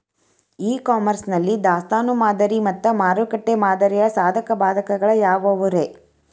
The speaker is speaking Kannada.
ಇ ಕಾಮರ್ಸ್ ನಲ್ಲಿ ದಾಸ್ತಾನು ಮಾದರಿ ಮತ್ತ ಮಾರುಕಟ್ಟೆ ಮಾದರಿಯ ಸಾಧಕ ಬಾಧಕಗಳ ಯಾವವುರೇ?